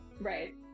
Right